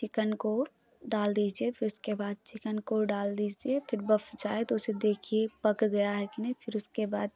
chicken को डाल दीजिए फिर उसके बाद चिकन को डाल दीजिए फिर बफ चाहे तो उसे देखिए पक गया है कि नहीं फिर उसके बाद